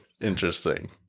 Interesting